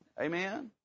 Amen